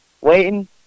waiting